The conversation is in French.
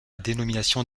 dénomination